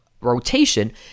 rotation